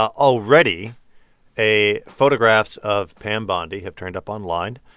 already a photographs of pam bondi have turned up online